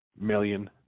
million